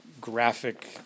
graphic